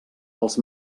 els